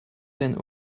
zijn